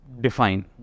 define